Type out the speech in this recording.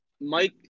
Mike